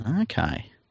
okay